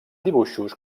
dibuixos